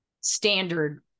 standard